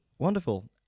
Wonderful